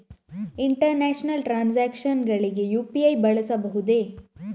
International transactions ಗಳಿಗೆ UPI ಬಳಸಬಹುದೇ?